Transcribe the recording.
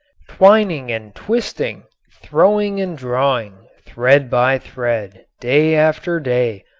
twining and twisting, throwing and drawing, thread by thread, day after day,